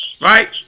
Right